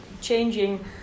changing